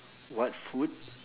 what food